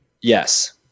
yes